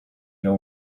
know